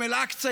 עם אל-אקצא,